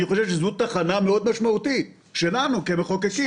אני חושב שזאת כן תחנה מאוד משמעותית שלנו כמחוקקים.